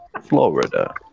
Florida